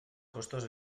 costos